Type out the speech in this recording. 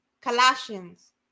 Colossians